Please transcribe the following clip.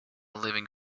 living